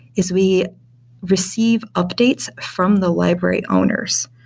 is we receive updates from the library owners.